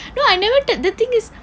no I never tell the thing is